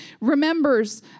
remembers